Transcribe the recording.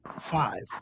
five